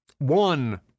One